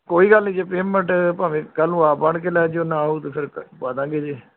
ਕੋਈ ਗੱਲ ਨਹੀਂ ਜੇ ਪੇਮੈਂਟ ਭਾਵੇਂ ਕੱਲ੍ਹ ਨੂੰ ਆਪ ਆਣ ਕੇ ਲੈ ਜਿਓ ਨਾ ਆਓ ਤਾਂ ਫਿਰ ਪਾ ਦਾਂਗੇ ਜੇ